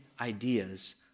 ideas